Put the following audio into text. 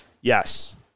Yes